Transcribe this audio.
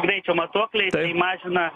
greičio matuokliai mažina